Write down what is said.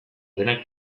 denak